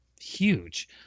huge